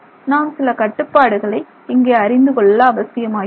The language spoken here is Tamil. நாம் சில கட்டுப்பாடுகளை இங்கே அறிந்து கொள்ள அவசியமாகிறது